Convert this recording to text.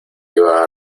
iba